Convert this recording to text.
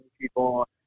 people